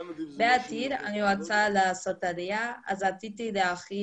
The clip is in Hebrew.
בעתיד אני רוצה לעשות עלייה ולכן רציתי להכין